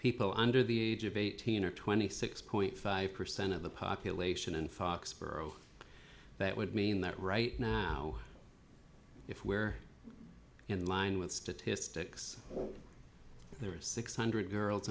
people under the age of eighteen or twenty six point five percent of the population in foxborough that would mean that right now if we're in line with statistics there are six hundred girls